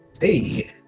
Hey